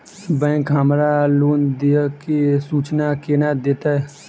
Bank हमरा loan देय केँ सूचना कोना देतय?